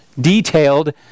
detailed